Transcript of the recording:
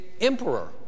emperor